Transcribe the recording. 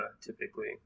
typically